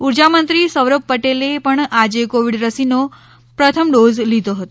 ઉર્જામંત્રી સૌરભ પટેલે પણ આજે કોવિડ રસીનો પ્રથમ ડોઝ લીધો હતો